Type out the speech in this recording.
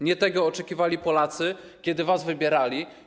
Nie tego oczekiwali Polacy, kiedy was wybierali.